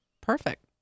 Perfect